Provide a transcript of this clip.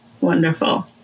Wonderful